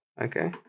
Okay